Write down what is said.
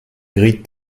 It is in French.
gris